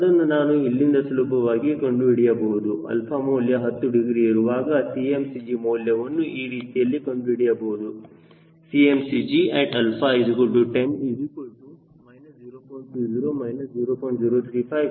ಅದನ್ನು ನಾನು ಇಲ್ಲಿಂದ ಸುಲಭವಾಗಿ ಕಂಡುಹಿಡಿಯಬಹುದು 𝛼 ಮೌಲ್ಯ 10 ಡಿಗ್ರಿ ಇರುವಾಗ Cmcg ಮೌಲ್ಯವನ್ನು ಈ ರೀತಿಯಲ್ಲಿ ಕಂಡುಹಿಡಿಯಬಹುದು 𝐶mCGat α1O −0